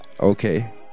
Okay